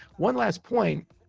one last point,